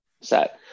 set